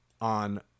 on